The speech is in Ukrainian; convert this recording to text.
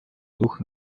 дух